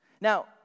now